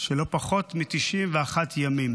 של לא פחות מ-91 ימים.